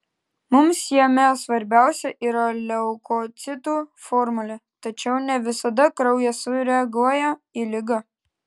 mums jame svarbiausia yra leukocitų formulė tačiau ne visada kraujas sureaguoja į ligą